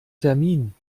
termin